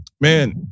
man